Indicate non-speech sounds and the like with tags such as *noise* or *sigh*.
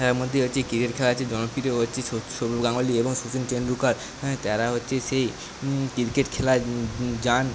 *unintelligible* মধ্যে হচ্ছে ক্রিকেট খেলা আছে জনপ্রিয় হচ্ছে সৌরভ গাঙ্গুলী এবং শচীন টেনডুলকার হ্যাঁ তারা হচ্ছে সেই ক্রিকেট খেলার জান